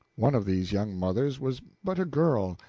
one of these young mothers was but a girl,